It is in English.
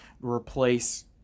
replace